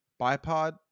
bipod